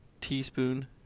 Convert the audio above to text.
teaspoon